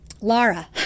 Laura